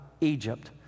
Egypt